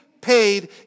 paid